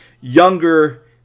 younger